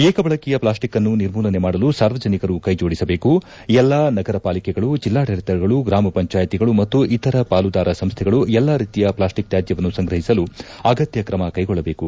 ಏಕ ಬಳಕೆಯ ಪ್ಲಾಸ್ಟಿಕ್ಅನ್ನು ನಿರ್ಮೂಲನೆ ಮಾಡಲು ಸಾರ್ವಜನಿಕರು ಕೈಜೋಡಿಸಬೇಕು ಎಲ್ಲಾ ನಗರಪಾಲಿಕೆಗಳು ಜಿಲ್ಲಾಡಳಿತಗಳು ಗ್ರಾಮ ಪಂಚಾಯಿತಿಗಳು ಮತ್ತು ಇತರ ಪಾಲುದಾರ ಸಂಸ್ಥೆಗಳು ಎಲ್ಲಾ ರೀತಿಯ ಪ್ಲಾಸ್ಟಿಕ್ ತ್ಯಾಜ್ಯವನ್ನು ಸಂಗ್ರಹಿಸಲು ಅಗತ್ಯ ಕ್ರಮ ಕೈಗೊಳ್ಳಬೇಕು